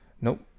Nope